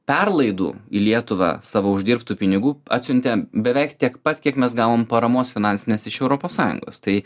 perlaidų į lietuvą savo uždirbtų pinigų atsiuntė beveik tiek pat kiek mes gavom paramos finansinės iš europos sąjungos tai